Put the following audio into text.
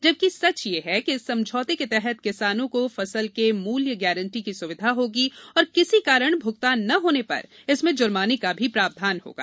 जबकि सच ये है कि इस समझौते के तहत किसानों को फसल के मूल्य गारंटी की स्विधा होगी और किसी कारण भ्गतान न होने पर इसमें ज्र्माने का भी प्रावधान होगा